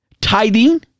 tithing